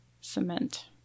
cement